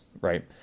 right